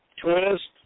twist